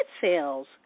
sales